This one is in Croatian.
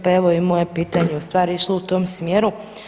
Pa evo i moje pitanje je ustvari išlo u tom smjeru.